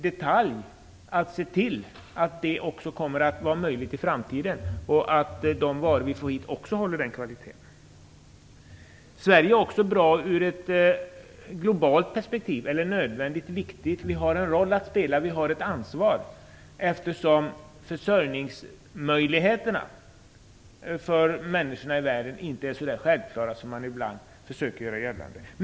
Därför måste man se till att detta även i framtiden kommer att vara möjligt och att de varor som kommer hit också håller samma kvalitet. Sett också från globalt perspektiv är Sverige viktigt. Vi har en roll att spela och ett ansvar. Försörjningsmöjligheterna för människorna i världen är inte så där alldeles självklara som man ibland försöker göra gällande.